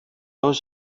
was